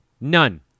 None